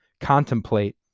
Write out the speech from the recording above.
contemplate